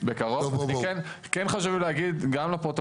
שיווק ברשות